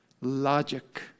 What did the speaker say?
Logic